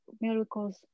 miracles